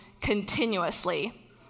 continuously